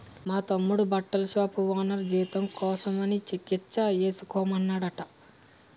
మా తమ్ముడి బట్టల షాపు ఓనరు జీతం కోసమని చెక్కిచ్చి ఏసుకోమన్నాడట